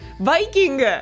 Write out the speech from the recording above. viking